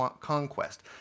conquest